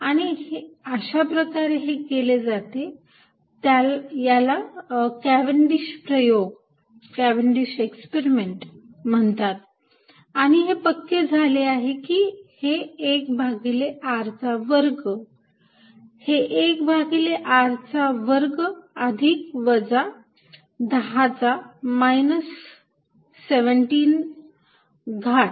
आणि अशाप्रकारे हे केले जाते आणि याला कॅव्हेंडिश प्रयोग म्हणतात आणि हे पक्के झाले आहे की हे एक भागिले r चा वर्ग हे एक भागिले r चा वर्ग अधिक वजा 10 चा 17 वा घात